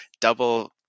double